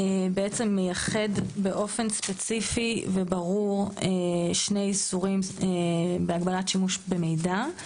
בעצם מייחד באופן ספציפי וברור שני איסורים בהגבלת שימוש במידע.